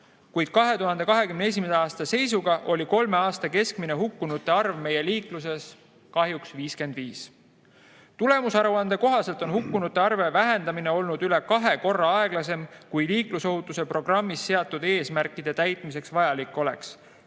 kuid 2021. aasta seisuga oli kolme aasta keskmine hukkunute arv meie liikluses kahjuks 55. Tulemusaruande kohaselt on hukkunute arvu vähendamine olnud üle kahe korra aeglasem, kui liiklusohutuse programmis seatud eesmärkide täitmiseks vajalik oleks.